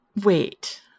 Wait